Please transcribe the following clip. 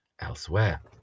elsewhere